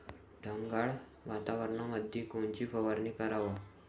ढगाळ वातावरणामंदी कोनची फवारनी कराव?